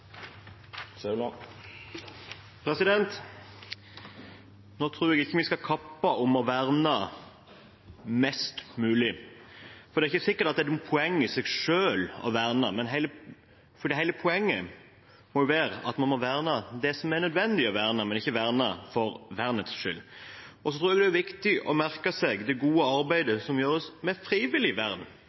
Jeg tror ikke vi skal kappes om å verne mest mulig. Det er ikke sikkert at det er noe poeng i seg selv med å verne, for hele poenget må jo være at man må verne det som det er nødvendig å verne, men ikke verne for vernets skyld. Jeg tror også at det er viktig å merke seg det gode arbeidet som gjøres med frivillig vern